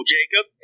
Jacob